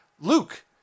Luke